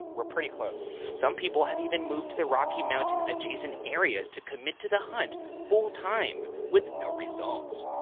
we're pretty close. some people have even moved to the rocky mountain adjacent areas to commit to the hunt full time with no results.